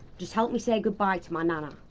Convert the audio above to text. just help me say goodbye to my nana.